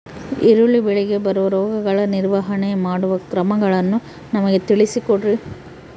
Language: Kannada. ಈರುಳ್ಳಿ ಬೆಳೆಗೆ ಬರುವ ರೋಗಗಳ ನಿರ್ವಹಣೆ ಮಾಡುವ ಕ್ರಮಗಳನ್ನು ನಮಗೆ ತಿಳಿಸಿ ಕೊಡ್ರಿ?